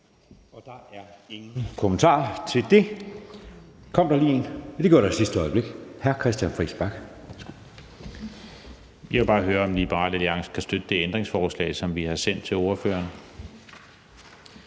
Der er ingen kommentarer til det. Jo, der kom lige en i sidste øjeblik. Hr. Christian Friis Bach,